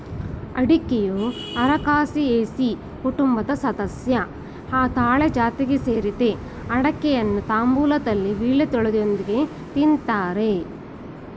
ಅಡಿಕೆಯು ಅರಕಾಸಿಯೆಸಿ ಕುಟುಂಬದ ಸಸ್ಯ ತಾಳೆ ಜಾತಿಗೆ ಸೇರಿದೆ ಅಡಿಕೆಯನ್ನು ತಾಂಬೂಲದಲ್ಲಿ ವೀಳ್ಯದೆಲೆಯೊಂದಿಗೆ ತಿನ್ತಾರೆ